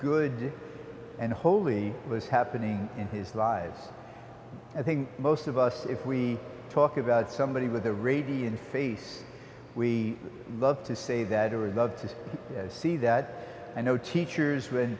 good and holy was happening in his lives i think most of us if we talk about somebody with a radiant face we love to say that are allowed to see that i know teachers when